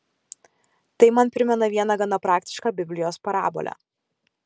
tai man primena vieną gana praktišką biblijos parabolę